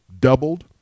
doubled